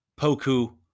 Poku